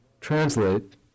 translate